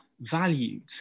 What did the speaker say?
valued